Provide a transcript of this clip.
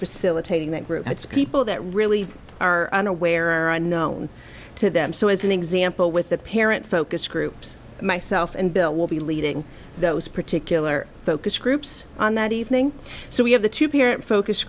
facilitating that group it's people that really are unaware i'm known to them so as an example with the parent focus groups myself and bill will be leading those particular focus groups on that evening so we have the two parent focus